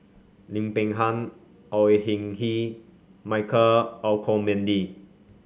Lim Peng Han Au Hing Yee Michael Olcomendy